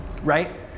right